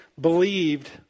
believed